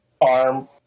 arm